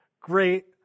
great